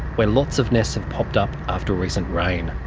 where lots of nests have popped up after recent rain.